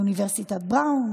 מאוניברסיטת בראון,